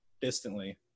distantly